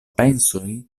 pensoj